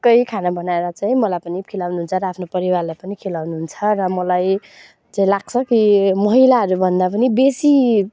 ढुक्कै खाना बनाएर चाहिँ मलाई पनि खुवाउनु हुन्छ र आफ्नो परिवारलाई पनि खुवाउनु हुन्छ र मलाई चाहिँ लाग्छ कि महिलाहरूभन्दा पनि बेसी